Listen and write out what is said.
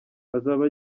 azaba